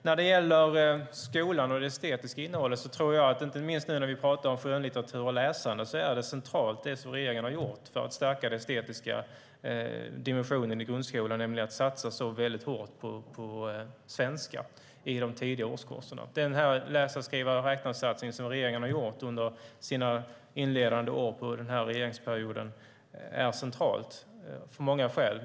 När det gäller skolan och det estetiska innehållet tror jag, inte minst när vi pratar om skönlitteratur och läsande, att det som regeringen har gjort är centralt för att stärka den estetiska dimensionen i grundskolan, nämligen att satsa hårt på svenska i de tidiga årskurserna. Den läsa-skriva-räkna-satsning som regeringen har gjort under sina inledande år denna regeringsperiod är central av många skäl.